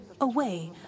away